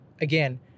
again